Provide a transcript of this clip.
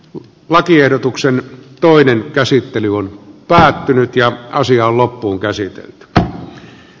lakiehdotuksen toinen käsittely on tähtimyyttiä asian loppuunkäsite alalla